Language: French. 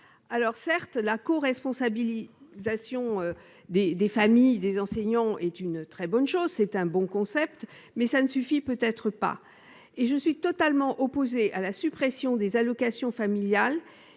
avoir. Certes, la coresponsabilisation des familles et des enseignants est une très bonne chose, mais cela ne suffit peut-être pas. Je suis totalement opposée à la suppression des allocations familiales,